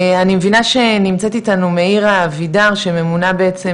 אני מבינה שנמצאת איתנו מאירה אבידר שממונה בעצם